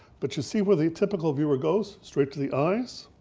but you see where the typical viewer goes, straight to the eyes?